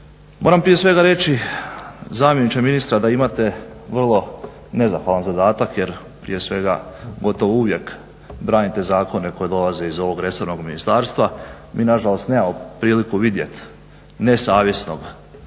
Moram prije svega reći zamjeniče ministra da imate vrlo nezahvalan zadatak jer prije svega gotovo uvijek branite zakone koji dolaze iz ovog resornog ministarstva. Mi nažalost nemamo priliku vidjeti nesavjesnog